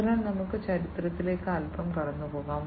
അതിനാൽ നമുക്ക് ചരിത്രത്തിലേക്ക് അൽപ്പം കടന്നുപോകാം